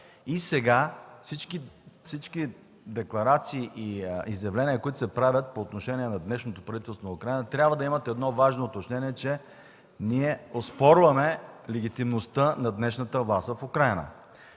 Сега всички декларации и изявления, които се правят по отношение на днешното правителство на Украйна, трябва да имат едно важно уточнение – че оспорваме легитимността на днешната власт в Украйна.